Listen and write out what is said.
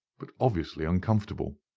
but obviously uncomfortable.